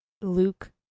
luke